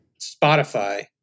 Spotify